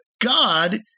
God